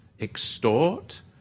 extort